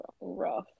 Rough